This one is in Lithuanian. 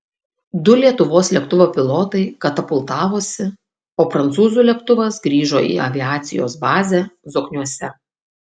du lietuvos lėktuvo pilotai katapultavosi o prancūzų lėktuvas grįžo į aviacijos bazę zokniuose